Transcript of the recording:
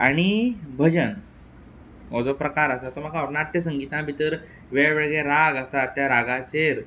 आनी भजन हो जो प्रकार आसा तो म्हाका आवडटा नाट्यसंगिता भितर वेगवेगळे राग आसा त्या रागाचेर